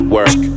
Work